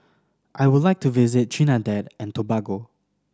I would like to visit Trinidad and Tobago